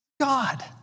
God